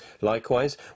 Likewise